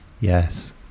yes